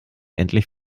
endlich